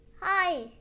Hi